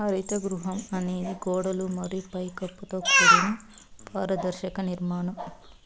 హరిత గృహం అనేది గోడలు మరియు పై కప్పుతో కూడిన పారదర్శక నిర్మాణం